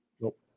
Nope